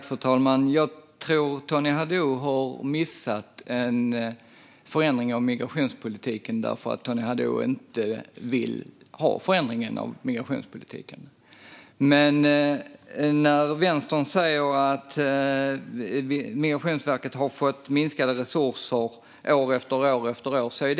Fru talman! Jag tror att Tony Haddou har missat förändringen av migrationspolitiken därför att Tony Haddou inte vill ha förändringen av migrationspolitiken. Vänstern säger att Migrationsverket har fått minskade resurser år efter år. Det är sant.